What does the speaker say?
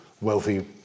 wealthy